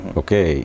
okay